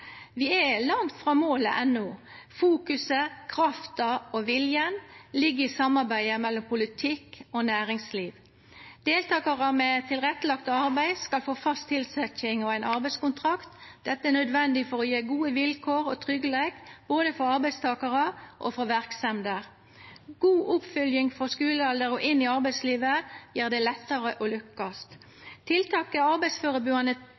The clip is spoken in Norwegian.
Vi er langt frå målet enno. Fokuset, krafta og viljen ligg i samarbeidet mellom politikk og næringsliv. Deltakarar med tilrettelagt arbeid skal få fast tilsetjing og ein arbeidskontrakt. Dette er nødvendig for å gje gode vilkår og tryggleik for både arbeidstakarar og verksemder. God oppfylging frå skulealder og inn i arbeidslivet gjer det lettare å lukkast. Tiltaket arbeidsførebuande